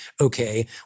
Okay